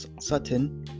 Sutton